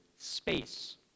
space